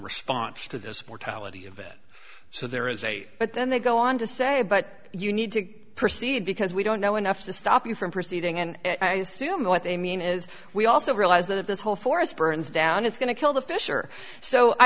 response to this mortality of it so there is a but then they go on to say but you need to proceed because we don't know enough to stop you from proceeding and i assume what they mean is we also realise that this whole forest burns down it's going to kill the fish or so i